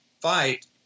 fight